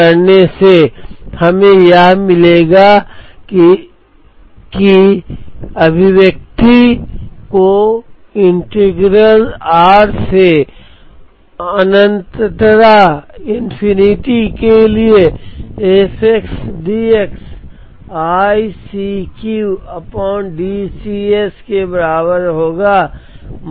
अब जब हम r के संबंध में इसे अलग करते हैं तो हमें यहाँ एक ऋण अवधि मिलेगी जो कि x minus r से आती है इसलिए हम अंत में इसे अलग और प्रतिस्थापित करेंगे अभिव्यक्ति को इंटीग्रल r से अनन्तता के लिए f x dx i C Q D C s के बराबर होगा